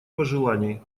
пожеланий